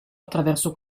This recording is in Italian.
attraverso